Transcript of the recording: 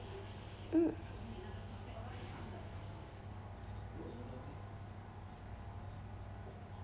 mm